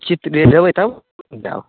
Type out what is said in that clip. उचित रेट देबै तब ने देब